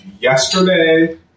Yesterday